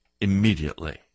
immediately